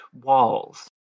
walls